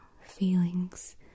feelings